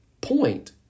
point